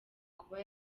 kuba